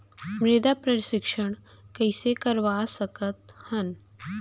मृदा परीक्षण कइसे करवा सकत हन?